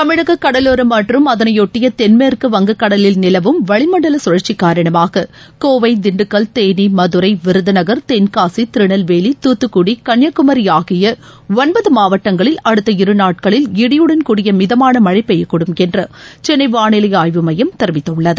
தமிழக கடலோரம் மற்றும் அதனையொட்டிய தென்மேற்கு வங்கக் கடலில் நிலவும் வளிமண்டல சுழற்சி காரணமாக கோவை திண்டுக்கல் தேனி மதுரை விருதநகர் தென்னசி திருநெல்வேலி தூத்துக்குடி கன்னியாகுமரி ஆகிய ஒன்பது மாவட்டங்களில் அடுத்த இரு நாட்களில் இடியுடன் கூடிய மிதமான மழை பெய்யக்கூடும் என்று சென்னை வானிலை ஆய்வு மையம் தெரிவித்துள்ளது